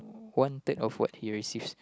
one third of what he receives